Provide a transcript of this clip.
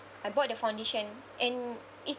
I bought the foundation and it's